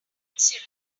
insulin